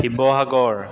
Sivasagar